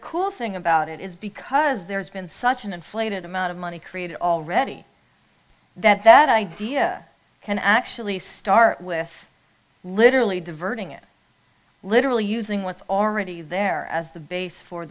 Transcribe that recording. cool thing about it is because there's been such an inflated amount of money created already that that idea can actually start with literally diverting it literally using what's already there as the base for